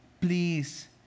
please